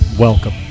Welcome